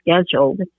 scheduled